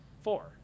Four